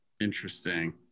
Interesting